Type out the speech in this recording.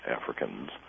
Africans